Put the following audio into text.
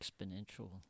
exponential